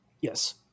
Yes